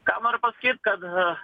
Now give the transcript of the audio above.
ką noriu pasakyt kad